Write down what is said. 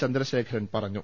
ചന്ദ്രശേഖർൻ പറഞ്ഞു